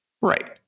right